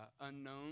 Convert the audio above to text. unknown